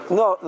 no